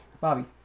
Bobby